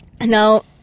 Now